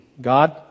God